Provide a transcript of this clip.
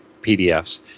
PDFs